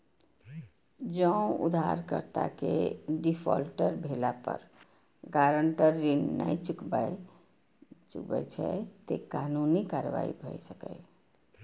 जौं उधारकर्ता के डिफॉल्टर भेला पर गारंटर ऋण नै चुकबै छै, ते कानूनी कार्रवाई भए सकैए